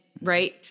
right